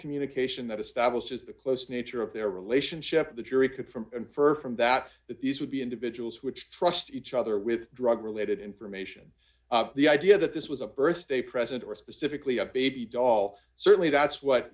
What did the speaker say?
communication that establishes the close nature of their relationship the jury could from infer from that that these would be individuals which trust each other with drug related information the idea that this was a birthday present or specifically a baby dall certainly that's what